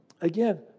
again